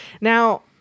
now